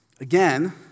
Again